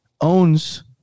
Owns